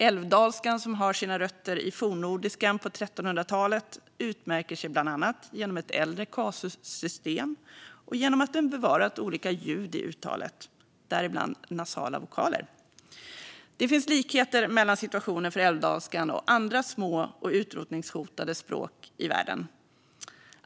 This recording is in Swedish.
Älvdalskan, som har sina rötter i fornnordiskan på 1300-talet, utmärker sig bland annat genom ett äldre kasussystem och genom att den bevarat olika ljud i uttalet, däribland nasala vokaler. Det finns likheter mellan situationen för älvdalskan och situationen för andra små och utrotningshotade språk i världen.